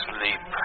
Sleep